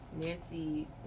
Nancy